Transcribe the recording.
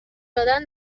دادن